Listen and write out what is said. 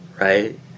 right